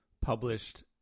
published